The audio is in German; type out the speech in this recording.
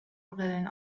brillen